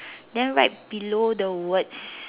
then right below the words